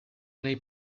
nei